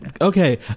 okay